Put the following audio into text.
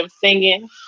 singing